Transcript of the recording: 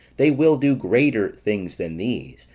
they will do greater things than these,